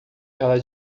ela